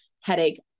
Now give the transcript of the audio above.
headache